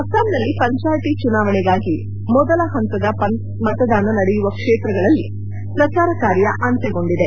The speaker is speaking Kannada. ಅಸ್ನಾಂನಲ್ಲಿ ಪಂಚಾಯಿತಿ ಚುನಾವಣೆಗಾಗಿ ಮೊದಲ ಹಂತದ ಮತದಾನ ನಡೆಯುವ ಕ್ಷೇತ್ರಗಳಲ್ಲಿ ಪ್ರಚಾರ ಕಾರ್ಯ ಅಂತ್ಯಗೊಂಡಿದೆ